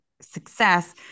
success